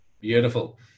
Beautiful